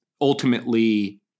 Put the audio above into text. ultimately